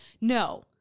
No